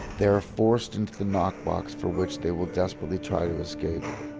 they're forced into the knockbox, from which they will desperately try to escape.